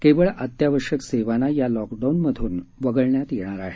केवळ अत्यावश्यक सेवांना या लॉकडाउनमध्न वगळण्यात येणार आहे